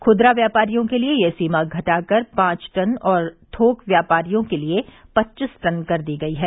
खुदरा व्यापारियों के लिए यह सीमा घटाकर पांच टन और थोक व्यापारियों के लिए पच्चीस टन कर दी गई है